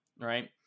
right